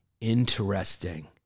Interesting